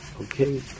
Okay